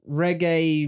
reggae